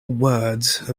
words